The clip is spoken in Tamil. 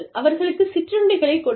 அவர்களுக்குச் சிற்றுண்டிகளைக் கொடுங்கள்